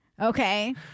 okay